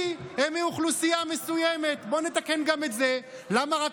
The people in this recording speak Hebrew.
כי הם מאוכלוסייה מסוימת, בואו נתקן גם את זה.